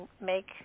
make